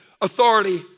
authority